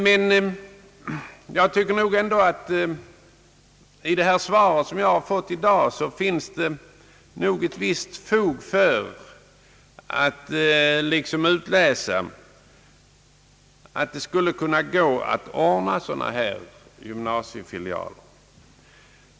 I alla fall tycker jag att statsrådets svar i dag ger ett visst fog för uppfattningen att det skulle vara möjligt att ordna gymnasiefilialer.